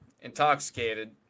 intoxicated